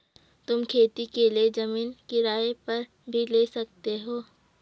तुम खेती के लिए जमीन किराए पर भी ले सकते हो